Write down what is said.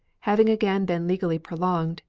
having again been legally prolonged,